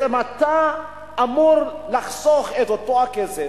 אתה אמור לחסוך את אותו הכסף,